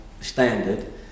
standard